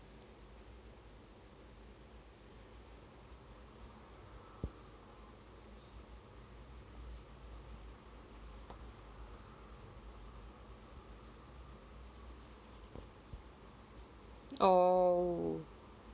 oo